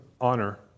honor